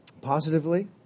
Positively